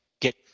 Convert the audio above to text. get